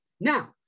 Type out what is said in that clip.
Now